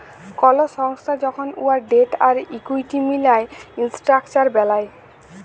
call সংস্থা যখল উয়ার ডেট আর ইকুইটি মিলায় ইসট্রাকচার বেলায়